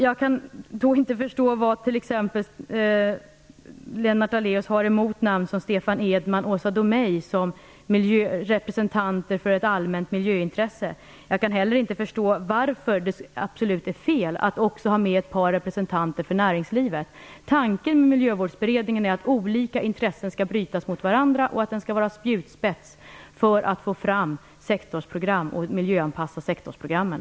Jag kan inte förstå vad Lennart Daléus har emot t.ex. Stefan Edman och Åsa Domeij som representanter för ett allmänt miljöintresse. Jag kan inte heller förstå varför det är fel att ha med ett par representanter för näringslivet. Tanken med Miljövårdsberedningen är att olika intressen där skall brytas mot varandra och att den skall vara en spjutspets i arbetet för att miljöanpassa sektorsprogrammen.